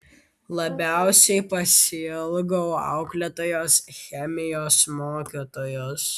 labiausiai pasiilgau auklėtojos chemijos mokytojos